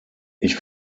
ich